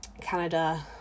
Canada